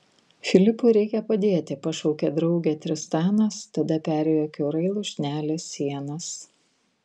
filipui reikia padėti pašaukė draugę tristanas tada perėjo kiaurai lūšnelės sienas